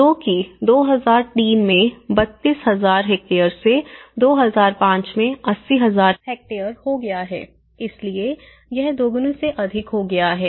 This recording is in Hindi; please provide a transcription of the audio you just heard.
जो कि 2003 में 32000 हेक्टेयर से 2005 में 80000 हेक्टेयर हो गया है इसलिए यह दोगुने से अधिक हो गया है